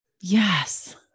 Yes